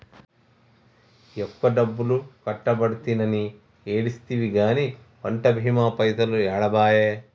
ఎక్కువ డబ్బులు కట్టబడితినని ఏడిస్తివి గాని పంట బీమా పైసలు ఏడబాయే